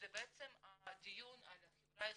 זה בעצם הדיון על החברה הישראלית,